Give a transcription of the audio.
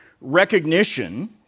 recognition